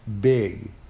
big